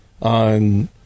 on